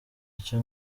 icyo